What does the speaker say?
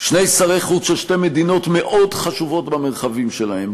שתי שרות חוץ של שתי מדינות מאוד חשובות במרחבים שלהן,